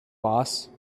boss